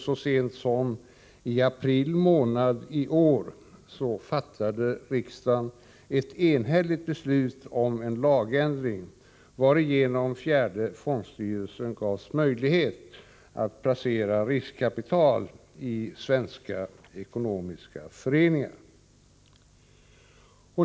Så sent som i april månad i år fattade riksdagen ett enhälligt beslut om en lagändring, varigenom fjärde fondstyrelsen gavs möjlighet att placera riskkapital i svenska ekonomiska föreningar.